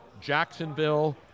Jacksonville